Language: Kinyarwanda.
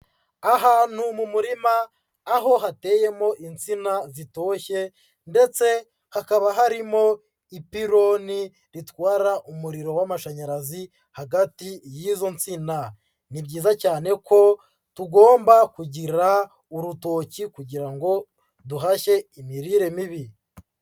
Ahantu mu murima, aho hateyemo insina zitoshye ndetse hakaba harimo ipironi ritwara umuriro w'amashanyarazi hagati y'izo nsina, ni byiza cyane ko tugomba kugira urutoki kugira ngo duhashye imirire mibi.